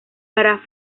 para